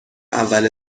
اول